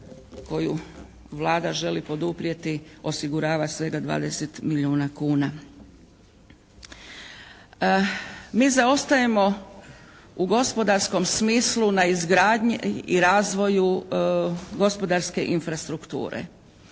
koju Vlada želi poduprijeti osigurava svega 20 milijuna kuna. Mi zaostajemo u gospodarskom smislu na izgradnji i razvoju gospodarske infrastrukture.